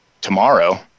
tomorrow